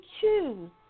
choose